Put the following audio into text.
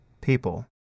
people